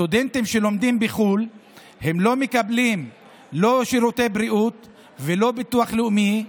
סטודנטים שלומדים בחו"ל לא מקבלים לא שירותי בריאות ולא ביטוח לאומי,